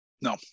No